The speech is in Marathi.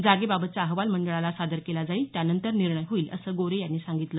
जागेबाबतचा अहवाल मंडळाला सादर केला जाईल त्यानंतर निर्णय होईल असं गोरे यांनी सांगितलं